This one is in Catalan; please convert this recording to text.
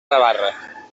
navarra